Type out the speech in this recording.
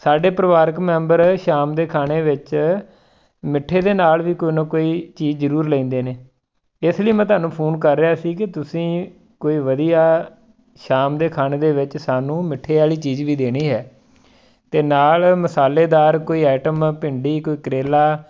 ਸਾਡੇ ਪਰਿਵਾਰਕ ਮੈਂਬਰ ਸ਼ਾਮ ਦੇ ਖਾਣੇ ਵਿੱਚ ਮਿੱਠੇ ਦੇ ਨਾਲ਼ ਵੀ ਕੋਈ ਨਾ ਕੋਈ ਚੀਜ਼ ਜ਼ਰੂਰ ਲੈਂਦੇ ਨੇ ਇਸ ਲਈ ਮੈਂ ਤੁਹਾਨੂੰ ਫ਼ੋਨ ਕਰ ਰਿਹਾ ਸੀ ਕਿ ਤੁਸੀਂ ਕੋਈ ਵਧੀਆ ਸ਼ਾਮ ਦੇ ਖਾਣੇ ਦੇ ਵਿੱਚ ਸਾਨੂੰ ਮਿੱਠੇ ਵਾਲੀ ਚੀਜ਼ ਵੀ ਦੇਣੀ ਹੈ ਅਤੇ ਨਾਲ਼ ਮਸਾਲੇਦਾਰ ਕੋਈ ਆਈਟਮ ਭਿੰਡੀ ਕੋਈ ਕਰੇਲਾ